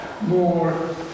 more